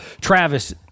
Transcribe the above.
Travis